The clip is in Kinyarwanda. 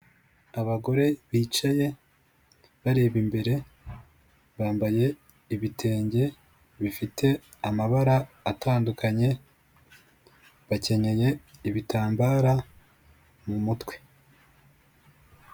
Abagore bicaye bareba imbere, bambaye ibitenge bifite amabara atandukanye, bakenyeye ibitambara mu mutwe.